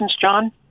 John